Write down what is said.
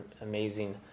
amazing